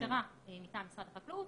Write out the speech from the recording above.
הכשרה מטעם משרד החקלאות,